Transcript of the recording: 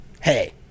Hey